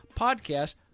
podcast